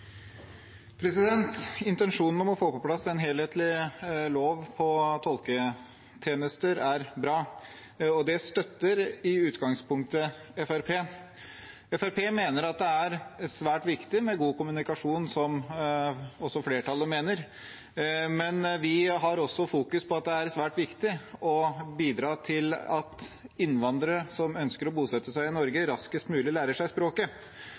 bra, og det støtter i utgangspunktet Fremskrittspartiet. Fremskrittspartiet mener det er svært viktig med god kommunikasjon, slik også flertallet mener, men vi fokuserer også på at det er svært viktig å bidra til at innvandrere som ønsker å bosette seg i Norge, raskest mulig lærer seg språket,